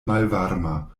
malvarma